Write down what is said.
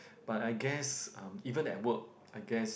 but I guess um even at work I guess